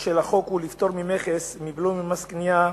של החוק הוא לפטור ממכס, מבלו וממס קנייה